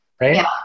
right